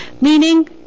meaning